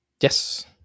Yes